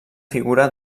figura